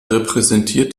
repräsentiert